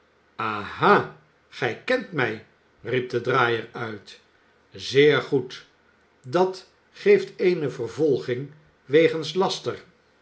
aha gij kent mij riep de draaier uit zeer goed dat geeft eene vervolging wegens laster